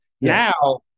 now